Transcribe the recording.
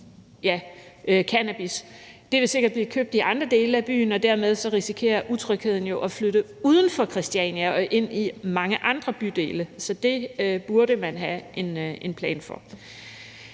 for cannabis jo ikke. Det vil sikkert blive købt i andre dele af byen, og dermed risikerer utrygheden jo at flytte uden for Christiania og ind i mange andre bydele. Så det burde man have en plan for.